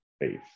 faith